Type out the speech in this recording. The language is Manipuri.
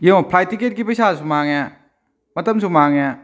ꯌꯦꯡꯉꯣ ꯐ꯭ꯂꯥꯏꯠ ꯇꯤꯛꯀꯦꯠꯀꯤ ꯄꯩꯁꯥꯁꯨ ꯃꯥꯡꯉꯦ ꯃꯇꯝꯁꯨ ꯃꯥꯡꯉꯦ